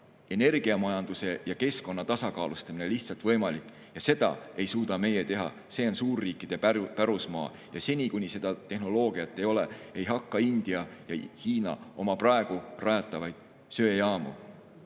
energiamajanduse ja keskkonna tasakaalustamine lihtsalt võimalik. Seda ei suuda meie teha, see on suurriikide pärusmaa ja seni, kuni seda tehnoloogiat ei ole, ei hakka India ja Hiina oma praegu rajatavaid söejaamu